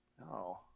No